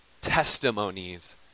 testimonies